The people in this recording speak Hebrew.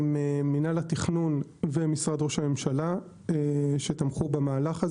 מנהל התכנון ומשרד ראש הממשלה שתמכו במהלך,